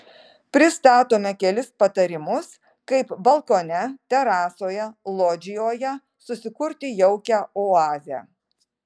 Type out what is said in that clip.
pristatome kelis patarimus kaip balkone terasoje lodžijoje susikurti jaukią oazę